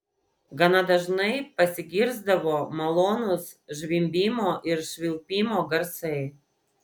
gana dažnai pasigirsdavo malonūs zvimbimo ir švilpimo garsai